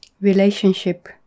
relationship